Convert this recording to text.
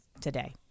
today